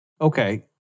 Okay